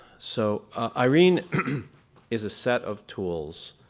so irene is a set of tools,